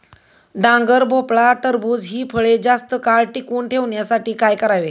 डांगर, भोपळा, टरबूज हि फळे जास्त काळ टिकवून ठेवण्यासाठी काय करावे?